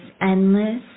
endless